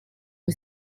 che